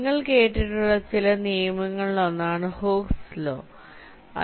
നിങ്ങൾ കേട്ടിട്ടുള്ള ചില നിയമങ്ങളിൽ ഒന്നാണ് ഹൂക്സ് ലോHooke's law